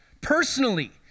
Personally